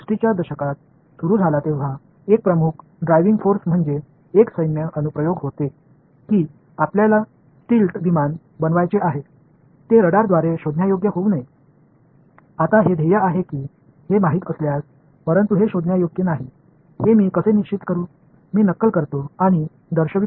60 களில் கணக்கீட்டு EM தொடங்க பெரிய உந்து சக்திகளில் ஒன்று இராணுவ பயன்பாடுகளாகும் நீங்கள் ஒரு ரேடார் மூலம் கண்டறியப்படக்கூடாத திருட்டுத்தனமான விமானத்தை உருவாக்க விரும்புகிறீர்கள் இப்போது அந்த குறிக்கோள் தெரிந்தால் ஆனால் அது கண்டறிய முடியாதது என்பதை நான் எவ்வாறு உறுதி செய்வது